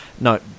No